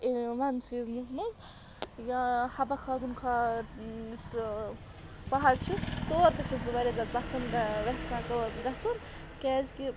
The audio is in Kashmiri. ٲں وَنٛد سیٖزنَس منٛز یا حبہ خاتون کھا یُس ٲں پَہاڑ چھُ تور تہِ چھیٚس بہٕ واریاہ زیادٕ پَسنٛد ٲں یژھان تور گژھُن کیٚازکہِ